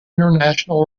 international